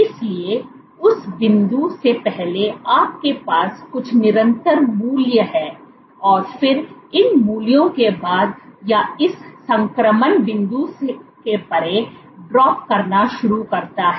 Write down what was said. इसलिए उस बिंदु से पहले आपके पास कुछ निरंतर मूल्य है और फिर इन मूल्यों के बाद या इस संक्रमण बिंदु से परे ड्रॉप करना शुरू करता है